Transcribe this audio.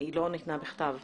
היא לא ניתנה בכתב.